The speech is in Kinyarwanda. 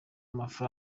rwf